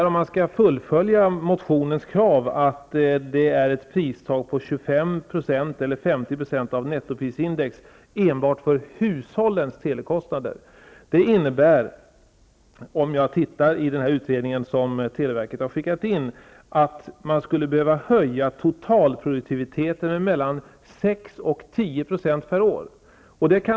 Om man skall fullfölja motionens krav innebär det ett pristak på 25 % eller 50 % av nettoprisindex enbart för hushållens telekostnader. Av en utredning som televerket har gjort framgår att detta innebär att man skulle behöva höja totalproduktiviteten med mellan 6 och 10 % per år.